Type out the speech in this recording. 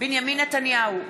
בנימין נתניהו,